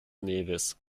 nevis